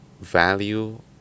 value